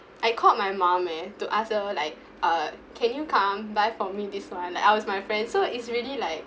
I called my mom eh to ask her like uh can you come buy for me this one I was with my friend so it's really like